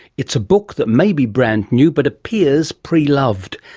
it's a book that may be brand new, but appears pre-loved,